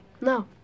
No